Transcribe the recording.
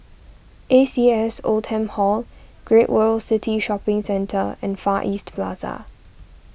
A C S Oldham Hall Great World City Shopping Centre and Far East Plaza